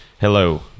Hello